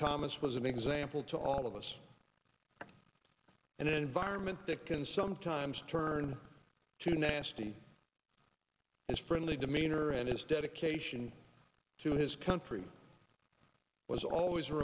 thomas was an example to all of us and environment that can sometimes turn to nasty and friendly demeanor and its dedication to his country was always a